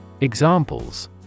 Examples